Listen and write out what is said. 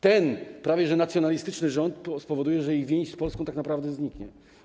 Ten prawie że nacjonalistyczny rząd spowoduje, że ich więź z Polską tak naprawdę zniknie.